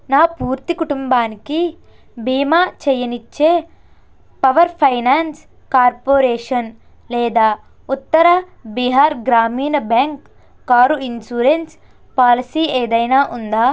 నా పూర్తి కుటుంబానికి భీమా చెయ్యనిచ్చే పవర్ ఫైనాన్స్ కార్పొరేషన్ లేదా Uttar Bihar Gramin bank car insurance policy ఏదైనా ఉందా